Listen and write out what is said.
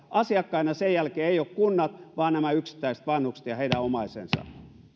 asiakkaina sen jälkeen eivät ole kunnat vaan nämä yksittäiset vanhukset ja heidän omaisensa